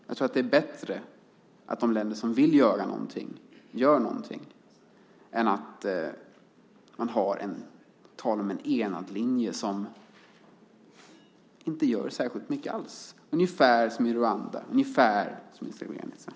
Jag tror att det är bättre att de länder som vill göra någonting gör någonting än att man talar om en enad linje som inte gör särskilt mycket alls, ungefär som i Rwanda och ungefär som i Srebrenica.